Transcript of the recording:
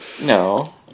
No